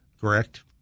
correct